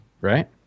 right